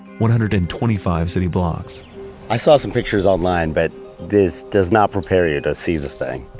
one hundred and twenty five city blocks i saw some pictures online, but this does not prepare you to see the thing.